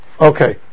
Okay